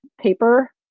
paper